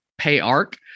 PayArc